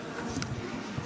גברתי.